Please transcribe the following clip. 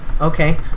Okay